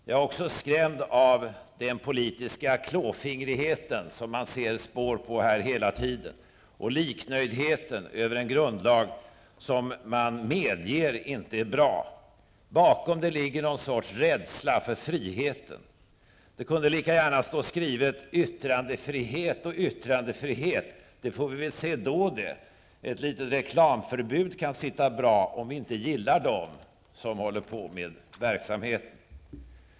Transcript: Jag är också skrämd av den politiska klåfingrigheten, som man ser spår av här hela tiden, och liknöjdheten över en grundlag som man medger inte är bra. Bakom det ligger någon sorts rädsla för friheten. Det kunde lika gärna stå skrivet: Yttrandefrihet och yttrandefrihet, det får vi väl se då det. Ett litet reklamförbud kan sitta bra om vi inte gillar dem som håller på med verksamheten.